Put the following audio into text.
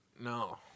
No